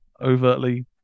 overtly